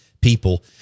people